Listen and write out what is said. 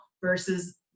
versus